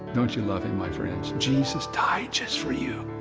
don't you love him, my friends? jesus died just for you.